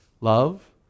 Love